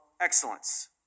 excellence